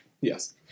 Yes